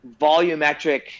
volumetric